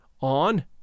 On